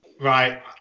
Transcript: Right